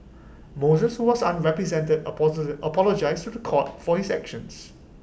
Moses who was unrepresented apologised to The Court for his actions